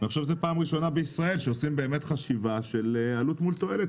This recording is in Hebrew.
אני חושב שזו פעם ראשונה בישראל שעושים באמת חשיבה של עלות מול תועלת,